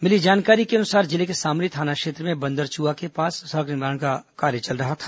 मिली जानकारी के अनुसार जिले के सामरी थाना क्षेत्र में बन्दरचुआ के पास सड़क निर्माण का कार्य चल रहा था